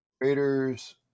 Raiders